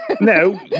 No